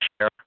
share